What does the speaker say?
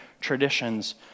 traditions